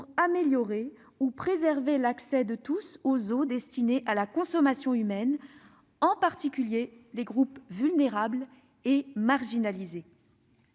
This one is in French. améliorer ou préserver l'accès de tous aux eaux destinées à la consommation humaine, en particulier des groupes vulnérables et marginalisés